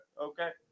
Okay